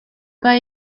pas